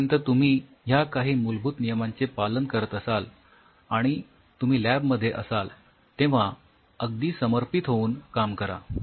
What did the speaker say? जोपर्यंत तुम्ही ह्या काही मूलभूत नियमाचे पालन करत असाल आणि तुम्ही लॅब मध्ये असाल तेव्हा अगदी समर्पित होऊन काम करा